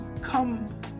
come